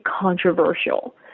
controversial